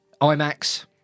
IMAX